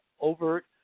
overt